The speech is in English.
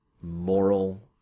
moral